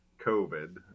covid